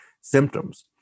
symptoms